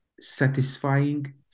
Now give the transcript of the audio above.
satisfying